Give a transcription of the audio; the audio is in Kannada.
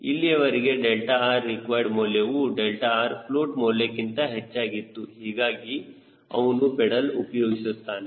ಇಲ್ಲಿಯವರೆಗೆ 𝛿rrequired ಮೌಲ್ಯವು 𝛿rfloat ಮೌಲ್ಯಕ್ಕಿಂತ ಹೆಚ್ಚಾಗಿತ್ತು ಹೀಗಾಗಿ ಅವನು ಪೆಡಲ್ ಉಪಯೋಗಿಸುತ್ತಾನೆ